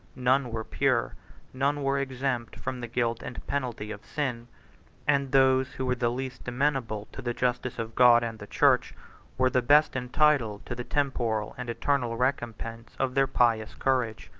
none were pure none were exempt from the guilt and penalty of sin and those who were the least amenable to the justice of god and the church were the best entitled to the temporal and eternal recompense of their pious courage.